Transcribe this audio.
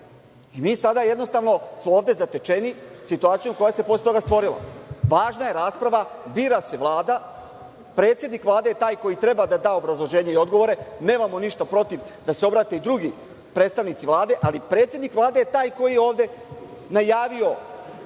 Mi sada jednostavno smo zatečeni situacijom koja se posle toga stvorila. Važna je rasprava, bira se Vlada. Predsednik Vlade je taj koji treba da da obrazloženje i odgovore. Nemamo ništa protiv da se i drugi obrate predstavnici Vlade, ali predsednik Vlade je taj koji je ovde najavio